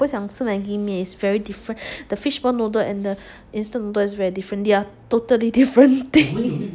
我不想吃 Maggie mee is very different the fishball noodle and the instant noodles is very different they're totally different thing